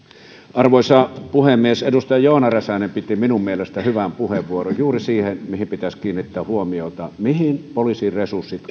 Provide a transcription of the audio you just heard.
arvoisa puhemies edustaja joona räsänen piti minun mielestäni hyvän puheenvuoron juuri siitä mihin pitäisi kiinnittää huomiota mihin poliisin resurssit